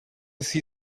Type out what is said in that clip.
see